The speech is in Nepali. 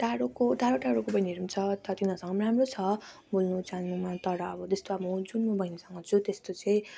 टाढोको टाढो टाढोको बहिनीहरू पनि छ तर तिनीहरूसँग पनि राम्रो छ बोल्नुचाल्नुमा तर अब त्यस्तो अब म जुन बहिनीसँग छु त्यस्तो चाहिँ